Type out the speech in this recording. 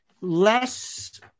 less